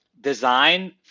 design